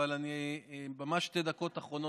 אבל אני ממש בשתי דקות אחרונות,